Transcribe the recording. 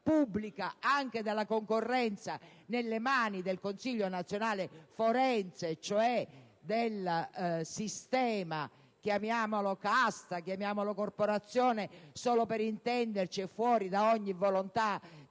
anche della concorrenza, nelle mani del Consiglio nazionale forense, cioè del sistema: chiamiamolo casta o corporazione, solo per intenderci, fuori da ogni volontà